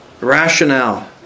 rationale